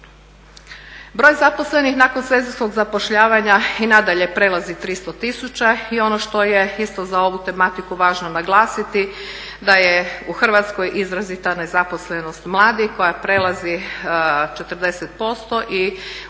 Broj zaposlenih nakon sezonskog zapošljavanja i nadalje prelazi 300 tisuća i ono što je isto za ovu tematiku važno naglasiti da je u Hrvatskoj izrazita nezaposlenost mladih koja prelazi 40% i od nas